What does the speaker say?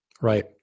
Right